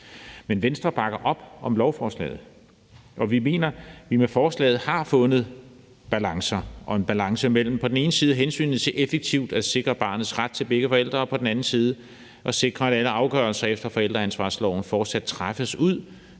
Men Venstre bakker op om lovforslaget, og vi mener, at vi med forslaget har fundet balancerne – og en balance mellem på den ene side hensynet til effektivt at sikre barnets ret til begge forældre og på den anden side at sikre, at alle afgørelser efter forældreansvarsloven fortsat træffes ud